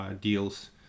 deals